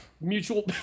Mutual